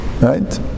Right